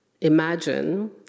Imagine